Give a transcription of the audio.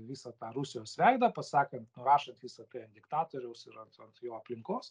visą tą rusijos veidą pasakant nurašant visa tai ant diktatoriaus ir ant ant jo aplinkos